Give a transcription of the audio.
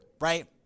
right